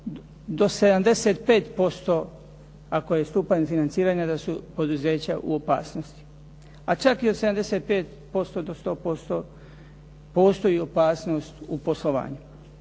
do 75% ako je stupanj financiranja da su poduzeća u opasnosti, a čak i od 75% do 100% postoji opasnost u poslovanju.